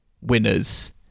winners